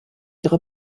ihre